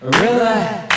relax